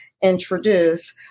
introduce